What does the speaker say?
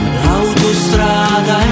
l'autostrada